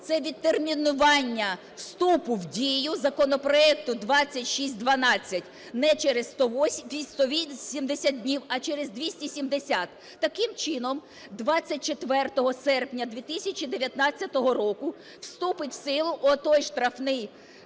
це відтермінування вступу в дію законопроекту 2612 не через 180 днів, а через 270. Таким чином, 24 серпня 2019 року вступить у силу отой штрафний